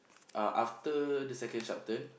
uh after the second sharp turn